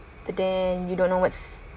but then you don't know what's